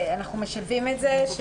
משלבים את זה?